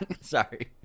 Sorry